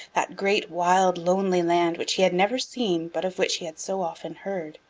that great, wild, lonely land which he had never seen but of which he had so often heard.